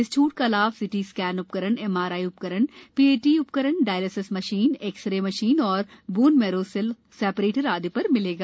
इस छूट का लाभ सीटी स्कैन उ करण एमआरआई उ करण ीएटी उ करण डायलिसिस मशीन एक्सरे मशीन और bone marrow cell separator आदि र मिलेगा